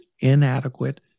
inadequate